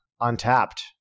untapped